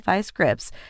scripts